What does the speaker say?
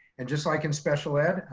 and just like in special ed,